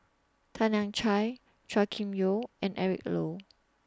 Tan Lian Chye Chua Kim Yeow and Eric Low